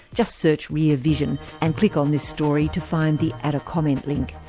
just search rear vision and click on this story to find the add a comment link.